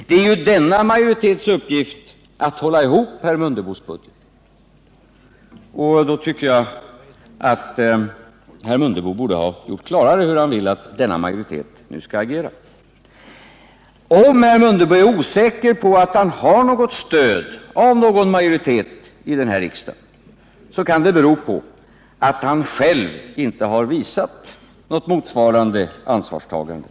Det är ju denna majoritets uppgift att hålla ihop herr Mundebos budget. Då tycker jag att herr Mundebo borde ha klargjort hur han vill att denna majoritet nu skall agera. Om herr Mundebo är osäker på om han har något stöd av någon majoritet i denna riksdag, kan det bero på att han själv inte har visat något motsvarande ansvarstagande.